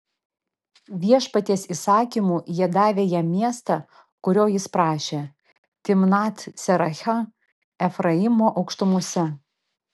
viešpaties įsakymu jie davė jam miestą kurio jis prašė timnat serachą efraimo aukštumose